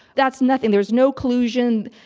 that's nothing. there's no collusion.